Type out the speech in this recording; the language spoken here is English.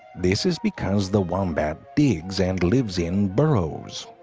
this is because the wombat digs and lives in burrows.